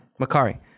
Makari